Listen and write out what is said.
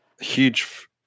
Huge